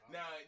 Now